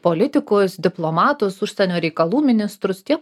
politikus diplomatus užsienio reikalų ministrus tie